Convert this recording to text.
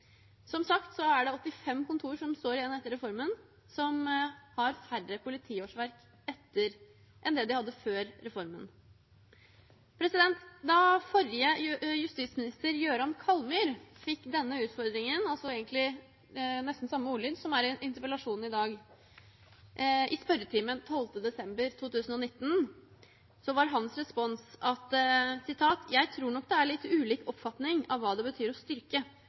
Som sagt er det 85 kontor som står igjen etter reformen som har færre politiårsverk enn det de hadde før reformen. Da forrige justisminister, Jøran Kallmyr, fikk denne utfordringen – altså egentlig nesten samme ordlyd som i interpellasjonen i dag – i stortingsmøtet 12. desember 2019, var hans respons: «Jeg tror nok det er litt ulik oppfatning av hva det betyr å styrke.